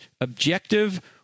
objective